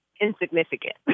insignificant